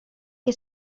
que